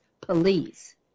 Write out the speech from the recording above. Police